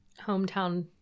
hometown